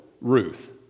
Ruth